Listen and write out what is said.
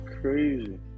crazy